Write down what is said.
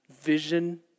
vision